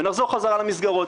ונחזור חזרה למסגרות.